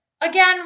again